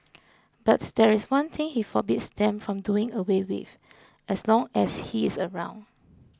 but there is one thing he forbids them from doing away with as long as he is around